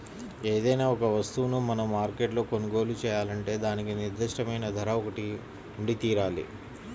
ఏదైనా ఒక వస్తువును మనం మార్కెట్లో కొనుగోలు చేయాలంటే దానికి నిర్దిష్టమైన ధర ఒకటి ఉండితీరాలి